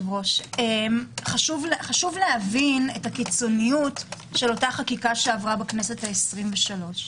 חשוב להבין את הקיצוניות של החקיקה שעברה הכנסת ה-23.